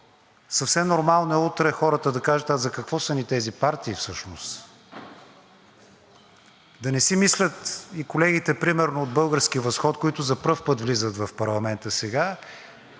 съвсем нормално е утре хората да кажат: „А за какво са ни тези партии всъщност?“ Да не си мислят, примерно, и колегите от „Български възход“, които за пръв път влизат в парламента сега